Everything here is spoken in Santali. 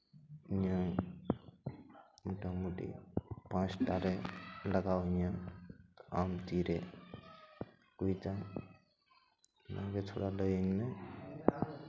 ᱤᱧᱟᱹᱜ ᱢᱳᱴᱟᱢᱩᱴᱤ ᱯᱟᱸᱪᱴᱟᱨᱮ ᱞᱟᱜᱟᱣ ᱤᱧᱟᱹ ᱟᱢ ᱛᱤᱨᱮᱢ ᱟᱹᱜᱩᱭᱮᱫᱟ ᱚᱱᱟᱜᱮ ᱛᱷᱚᱲᱟ ᱞᱟᱹᱭᱟᱹᱧ ᱢᱮ